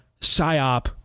PSYOP